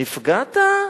נפגעת?